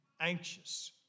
anxious